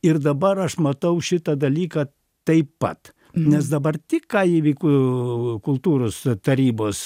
ir dabar aš matau šitą dalyką taip pat nes dabar tik ką įvyko kultūros tarybos